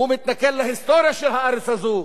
הוא מתנכל להיסטוריה של הארץ הזאת,